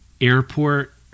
airport